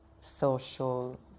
social